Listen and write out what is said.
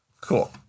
Cool